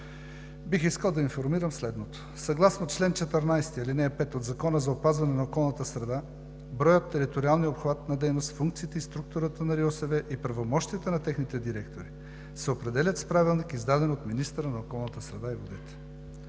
Бих искал да информирам следното: Съгласно чл. 14, ал. 5 от Закона за опазване на околната среда броят, териториалният обхват на дейност, функциите и структурата на РИОСВ и правомощията на техните директори се определят с правилник, издаден от министъра на околната среда и водите.